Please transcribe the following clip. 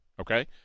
Okay